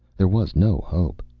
there was no hope.